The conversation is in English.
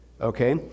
okay